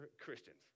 Christians